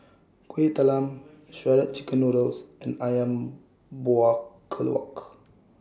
Kuih Talam Shredded Chicken Noodles and Ayam Buah Keluak